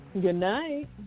Goodnight